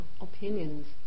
opinions